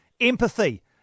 empathy